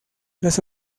las